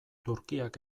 turkiak